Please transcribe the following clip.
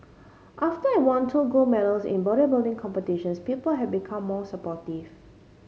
after I won two gold medals in bodybuilding competitions people have became more supportive